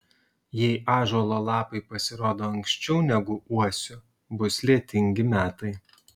jei ąžuolo lapai pasirodo anksčiau negu uosių bus lietingi metai